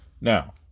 Now